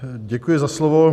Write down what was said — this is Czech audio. Děkuji za slovo.